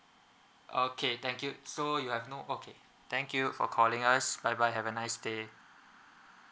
okay thank you so you have no okay thank you for calling us bye bye have a nice day